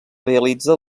realitza